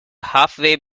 halfway